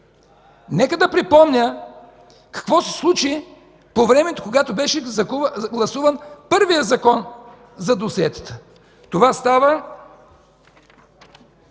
Нека да припомня какво се случи по времето, когато беше гласуван първият Закон за досиетата. Това става